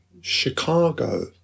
Chicago